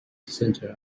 centre